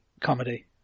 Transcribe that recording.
comedy